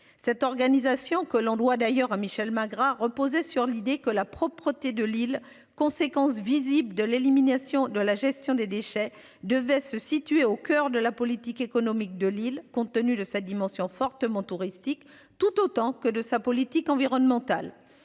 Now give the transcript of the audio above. Cette organisation que l'on doit d'ailleurs à Michel Magras, reposait sur l'idée que la propreté de Lille conséquence visible de l'élimination de la gestion des déchets devait se situer au coeur de la politique économique de l'île compte tenu de sa dimension fortement touristique tout autant que de sa politique environnementale.